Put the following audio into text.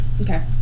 Okay